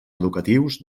educatius